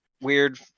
weird